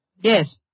Yes